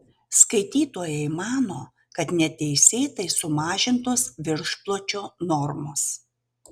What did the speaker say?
skaitytojai mano kad neteisėtai sumažintos viršpločio normos